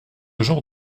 genre